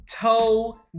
Toe